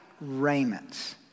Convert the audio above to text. raiments